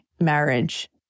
marriage